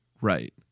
Right